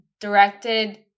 directed